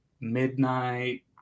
midnight